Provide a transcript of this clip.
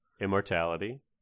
immortality